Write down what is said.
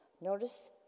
Notice